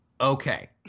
Okay